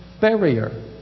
barrier